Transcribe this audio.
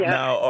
now